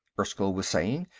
erskyll was saying.